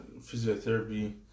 physiotherapy